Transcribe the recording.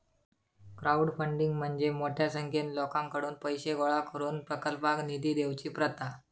crowdfunding म्हणजे मोठ्या संख्येन लोकांकडुन पैशे गोळा करून प्रकल्पाक निधी देवची प्रथा